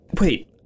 Wait